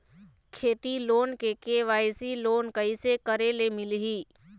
खेती loan KYC loan कइसे करे ले मिलही?